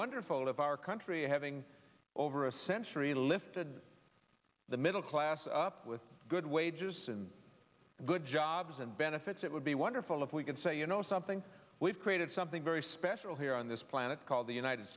wonderful if our country having over a century lifted the middle class up with good wages and good jobs and benefits it would be wonderful if we could say you know something we've created something very special here on this planet called the united